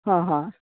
हा हा